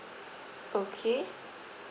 okay